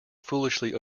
foolishly